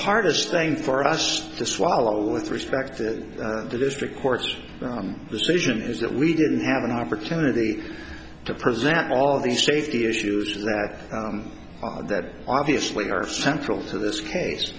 hardest thing for us to swallow with respect to the district court's decision is that we didn't have an opportunity to present all of the safety issues that that obviously are central